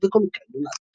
וקומיקאי נולד.